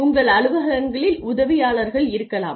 உங்கள் அலுவலகங்களில் உதவியாளர்கள் இருக்கலாம்